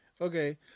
Okay